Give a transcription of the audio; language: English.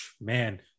man